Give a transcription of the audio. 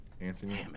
Anthony